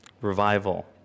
Revival